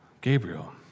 Gabriel